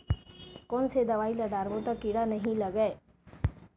कोन से दवाई ल डारबो त कीड़ा नहीं लगय?